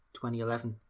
2011